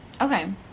Okay